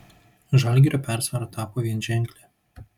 žalgirio persvara tapo vienženklė